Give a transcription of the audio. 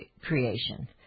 creation